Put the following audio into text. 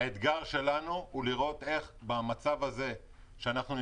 האתגר שלנו הוא לראות איך במצב של הקורונה,